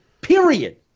Period